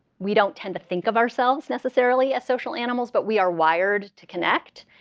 we don't tend to think of ourselves necessarily as social animals. but we are wired to connect.